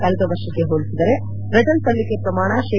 ಕಳೆದ ವರ್ಷಕ್ಕೆ ಹೋಲಿಸಿದರೆ ರಿಟರ್ನ್ಸ್ ಸಲ್ಲಿಕೆ ಪ್ರಮಾಣ ಶೇ